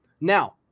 Now